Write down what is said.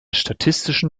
statistischen